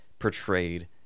portrayed